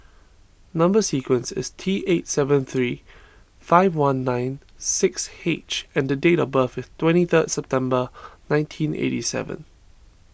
Number Sequence is T eight seven three five one nine six H and date of birth is twenty third September nineteen eighty seven